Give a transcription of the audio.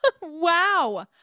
Wow